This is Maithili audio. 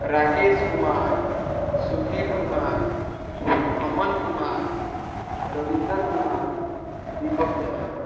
राकेश कुमार सुधीर कुमार अमन कुमार रविन्द्र कुमार दीपक कुमार